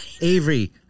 Avery